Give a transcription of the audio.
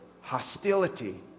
hostility